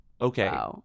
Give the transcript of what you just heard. Okay